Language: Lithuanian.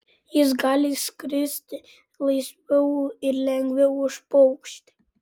jis gali skristi laisviau ir lengviau už paukštį